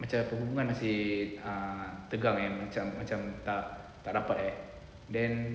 macam hubungan masih ah tegang eh macam ah tak rapat eh then